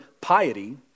piety